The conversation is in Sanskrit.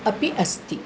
अपि अस्ति